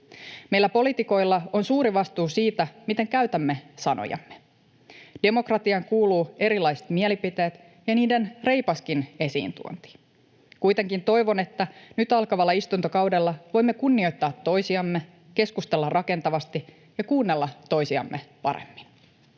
Meillä poliitikoilla on suuri vastuu siitä, miten käytämme sanojamme. Demokratiaan kuuluvat erilaiset mielipiteet ja niiden reipaskin esiintuonti. Kuitenkin toivon, että nyt alkavalla istuntokaudella voimme kunnioittaa toisiamme, keskustella rakentavasti ja kuunnella toisiamme paremmin.